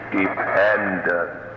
dependent